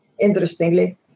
interestingly